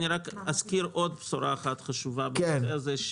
אזכיר רק עוד בשורה אחת חשובה בנושא הזה,